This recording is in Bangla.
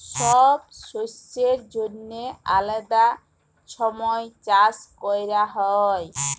ছব শস্যের জ্যনহে আলেদা ছময় চাষ ক্যরা হ্যয়